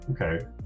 Okay